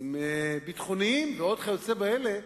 נושאים ביטחוניים, ועוד כיוצא באלה.